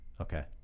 Okay